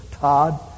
Todd